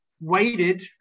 waited